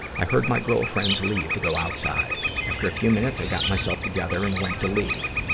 i heard my girlfriends leave to go outside. after a few minutes, i got myself together and went to leave.